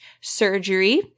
Surgery